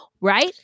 right